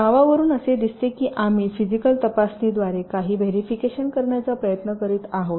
नावावरून असे दिसते की आम्ही फिजीकल तपासणीद्वारे काहीतरी व्हेरिफिकेशन करण्याचा प्रयत्न करीत आहोत